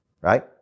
right